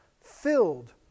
filled